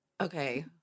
Okay